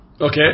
Okay